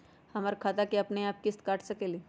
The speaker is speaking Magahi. हमर खाता से अपनेआप किस्त काट सकेली?